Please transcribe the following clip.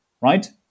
right